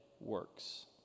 works